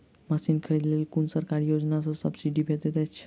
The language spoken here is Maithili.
मशीन खरीदे लेल कुन सरकारी योजना सऽ सब्सिडी भेटैत अछि?